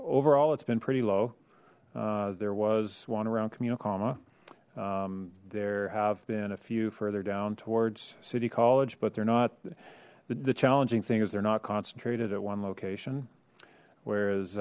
overall it's been pretty low there was one around communal coma there have been a few further down towards city college but they're not the challenging thing is they're not concentrated at one location whereas